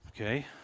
Okay